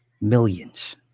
Millions